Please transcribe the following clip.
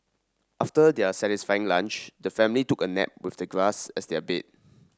after their satisfying lunch the family took a nap with the grass as their bed